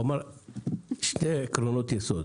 הוא אמר: שני עקרונות יסוד.